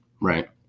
Right